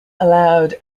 allowed